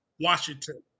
washington